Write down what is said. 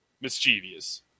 mischievous